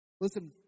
Listen